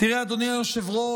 תראה, אדוני היושב-ראש,